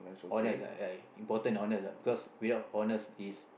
honest ah ya I important honest ah cause without honest is